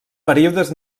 períodes